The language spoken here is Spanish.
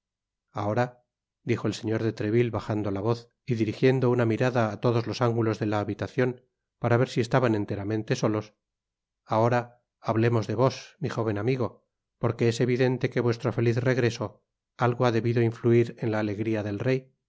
ahora dijo el señor de treville bajando la voz y dirijiendo una mirada á todos los ángulos de la habitacion para ver si estaban enteramente solos ahora hablemos de vos mi jóven amigo porque es evidente que vuestro feliz regreso algo ha debido influir en la alegria del rey en